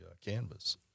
canvas